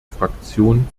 fraktion